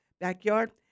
backyard